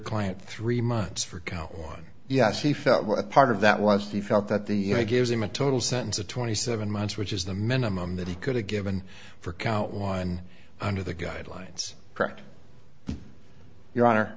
client three months for count one yes he felt what part of that was he felt that the you know gives him a total sentence of twenty seven months which is the minimum that he could have given for count one under the guidelines correct your honor